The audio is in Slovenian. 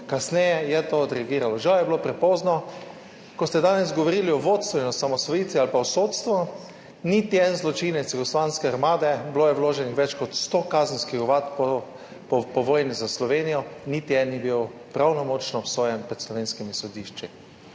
kasneje odreagiralo, žal je bilo prepozno. Ko ste danes govorili o vodstvu in osamosvojitvi ali pa o sodstvu – niti en zločinec jugoslovanske armade, bilo je vloženih več kot 100 kazenskih ovadb po vojni za Slovenijo, niti en ni bil pravnomočno obsojen pred slovenskimi sodišči.